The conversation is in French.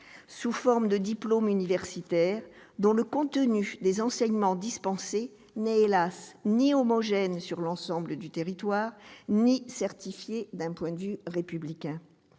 sous forme de diplômes universitaires, dont le contenu des enseignements dispensés n'est, hélas, ni homogène sur l'ensemble du territoire ni certifié d'un point de vue républicain.